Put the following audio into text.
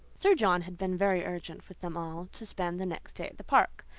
sir john had been very urgent with them all to spend the next day at the park.